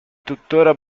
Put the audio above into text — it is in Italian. tuttora